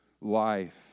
Life